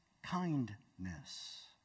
kindness